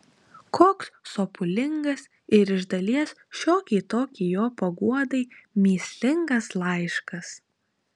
koks sopulingas ir iš dalies šiokiai tokiai jo paguodai mįslingas laiškas